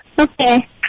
Okay